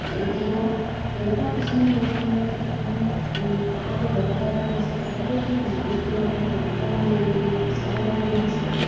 এই ডিম তেনেকুৱা কিছুমান বস্তু মানে তেখেতে মানে তেখেতে ব্যৱসায় কৰি আছে তেখেতেও সেই বিজনেছখনৰপৰা বহুতে মানে মানে স্বাৱলম্বী হৈছে